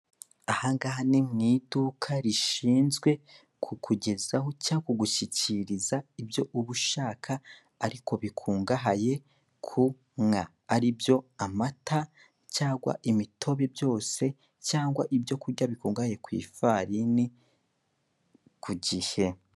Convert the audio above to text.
Aha ngaha ni mu iduka rishinzwe kukugezaho cyangwa kugushyikiriza ibyo uba ushaka ariko bikungahaye ku nka aribyo amata cyangwa imitobe byose cyangwa ibyo kurya bikungahaye ku ifarini ku gihe.